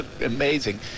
amazing